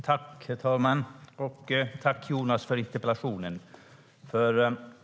Herr talman! Tack, Jonas Sjöstedt, för interpellationen!